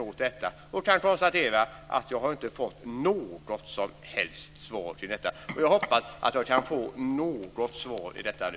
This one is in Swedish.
Och jag kan konstatera att jag inte har fått något som helst svar på detta. Jag hoppas att jag kan få något svar på detta nu.